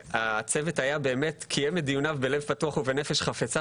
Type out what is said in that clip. והצוות באמת קיים את דיוניו בלב פתוח ובנפש חפצה